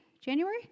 January